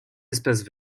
espaces